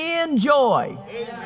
enjoy